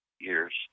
years